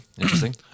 Interesting